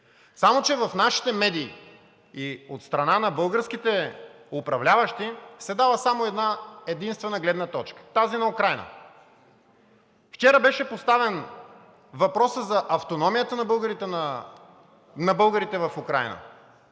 Само че в нашите медии и от страна на българските управляващи се дава само една единствена гледна точка – тази на Украйна. Вчера беше поставен въпросът за автономията на българите в Украйна.